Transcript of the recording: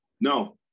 no